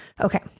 Okay